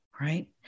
Right